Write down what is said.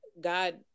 God